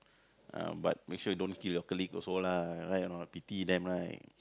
uh but make sure you don't kill your colleague also lah right or not pity them right